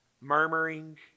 murmuring